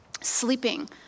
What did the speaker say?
sleeping